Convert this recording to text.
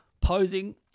posing